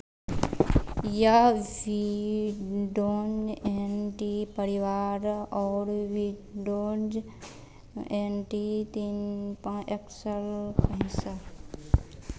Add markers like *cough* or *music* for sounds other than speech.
यह *unintelligible* N T परिवार और विडोंज एन टी तीन पांच एक्सल का हिस्सा है